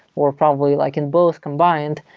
or probably like in both combined,